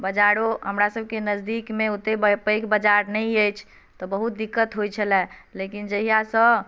बजारो हमरासभके नजदीकमे ओतेक पैघ बाजार नहि अछि तऽ बहुत दिक्कत होइत छलए लेकिन जहियासँ